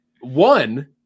one